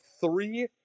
three